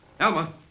Alma